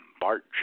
Bart